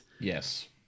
Yes